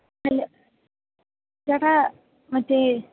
hello ചേട്ടാ മറ്റെ